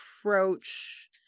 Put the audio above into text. approach